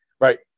Right